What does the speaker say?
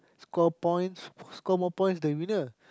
score points score more points the winner